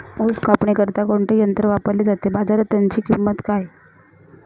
ऊस कापणीकरिता कोणते यंत्र वापरले जाते? बाजारात त्याची किंमत किती?